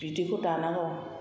बिदिखौ दानांगौ